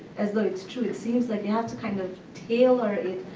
as though it's true. it seems like you have to kind of tailor it,